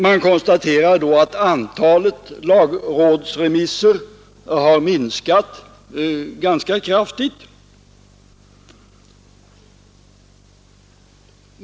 Man konstaterar då att antalet lagrådsremisser har minskat ganska kraftigt.